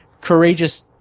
courageous